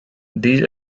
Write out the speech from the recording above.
these